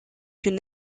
une